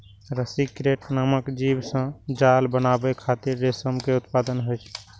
रसी क्रिकेट नामक जीव सं जाल बनाबै खातिर रेशम के उत्पादन होइ छै